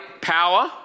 power